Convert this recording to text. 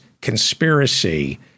conspiracy